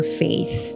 faith